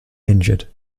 injured